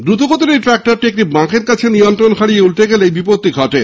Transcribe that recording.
দ্রুতগতির ওই ট্রাক্টরটি একটি বাঁকের কাছে নিয়ন্ত্রণ হারিয়ে উল্টে গেলে এই বিপত্তি ঘটে